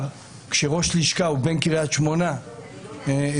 כשראש הלשכה הוא בן קריית שמונה אי אפשר לומר